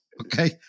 okay